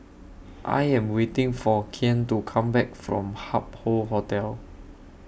I Am waiting For Kian to Come Back from Hup Hoe Hotel